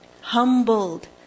humbled